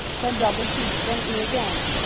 then double t, then e again.